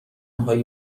هایی